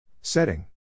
Setting